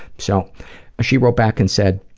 so she wrote back and said